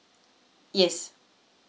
yes